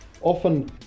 often